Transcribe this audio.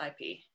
IP